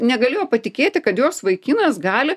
negalėjo patikėti kad jos vaikinas gali